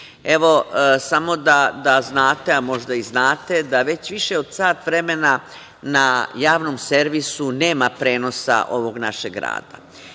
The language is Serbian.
evo samo da znate, a možda i znate da već više od sat vremena na Javnom servisu nema prenosa ovog našeg rada. Mi,